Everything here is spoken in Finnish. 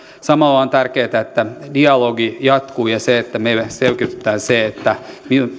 samalla on tärkeätä että dialogi jatkuu ja että meille selkiytetään se